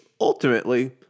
ultimately